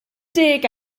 deg